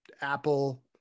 apple